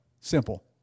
Simple